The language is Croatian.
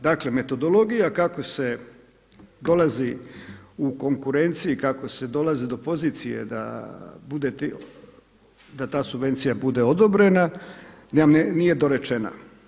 Dakle, metodologija kako se dolazi u konkurenciji kako se dolazi do pozicije da bude, da ta subvencija bude odobrena nije dorečena.